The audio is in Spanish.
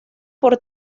por